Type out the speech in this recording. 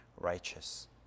righteous